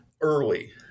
early